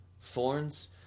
Thorns